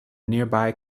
nearby